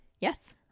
Yes